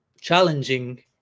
challenging